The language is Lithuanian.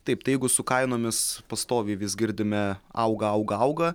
taip tai jeigu su kainomis pastoviai vis girdime auga auga auga